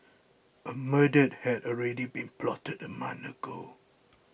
a murder had already been plotted a month ago